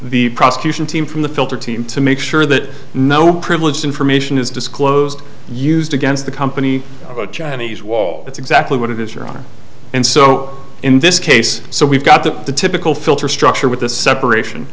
the prosecution team from the filter team to make sure that no privileged information is disclosed used against the company chinese wall that's exactly what it is your honor and so in this case so we've got that the typical filter structure with the separation